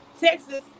texas